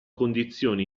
condizioni